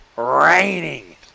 Raining